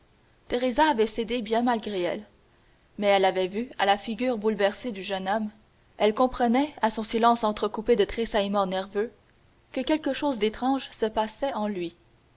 avait cédé bien malgré elle mais elle avait vu à la figure bouleversée du jeune homme elle comprenait à son silence entrecoupé de tressaillements nerveux que quelque chose d'étrange se passait en lui